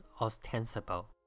ostensible